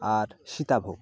আর Sitabhog